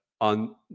on